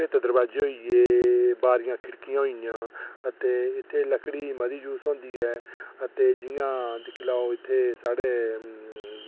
भित्त दरवाजे होइये बारियां खिड़कियां होइयां ते इत्थें लकड़ी मती यूज़ होंदी ऐ ते जि'यां दिक्खी लैओ जि'यां साढ़े